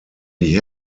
die